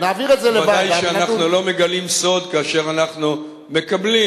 בוודאי שאנחנו לא מגלים סוד כאשר אנחנו מקבלים